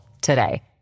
today